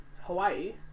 Hawaii